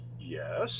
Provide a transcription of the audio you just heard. yes